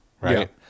right